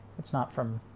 it's not from